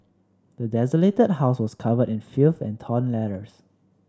the desolated house was covered in filth and torn letters